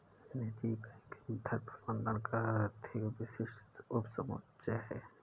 निजी बैंकिंग धन प्रबंधन का अधिक विशिष्ट उपसमुच्चय है